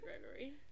Gregory